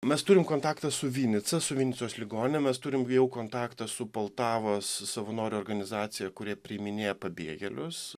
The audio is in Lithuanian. mes turim kontaktą su vinica su vinicos ligoninėm mes turim jau kontaktą su poltavos savanorių organizacija kuri priiminėja pabėgėlius